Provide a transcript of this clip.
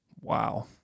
Wow